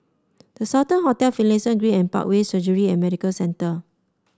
The Sultan Hotel Finlayson Green and Parkway Surgery and Medical Centre